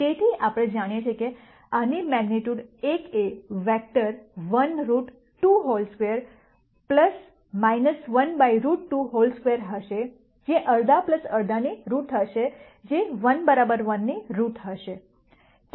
તેથી આપણે જાણીએ છીએ કે આની મેગ્નીટ્યૂડ 1 એ vector 1 root 2 whole square 1 by root 2 whole square હશે જે અડધા અડધાની રુટ હશે જે 1 1 ની રુટ હશે